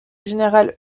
général